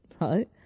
right